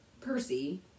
Percy